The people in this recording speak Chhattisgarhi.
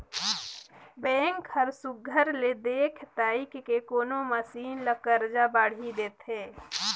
बेंक हर सुग्घर ले देख ताएक के कोनो मइनसे ल करजा बाड़ही देथे